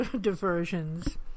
diversions